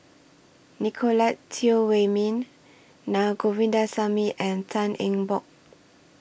Nicolette Teo Wei Min Na Govindasamy and Tan Eng Bock